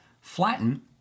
Flatten